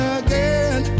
again